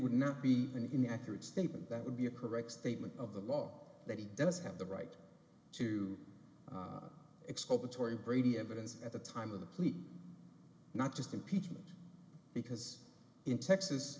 would not be an inaccurate statement that would be a correct statement of the law that he does have the right to expose the tory brady evidence at the time of the plea not just impeachment because in texas